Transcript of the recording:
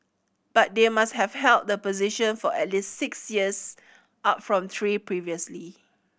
but they must have held the position for at least six years up from three previously